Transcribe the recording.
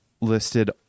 listed